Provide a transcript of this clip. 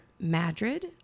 Madrid